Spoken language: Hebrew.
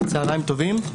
צוהריים טובים,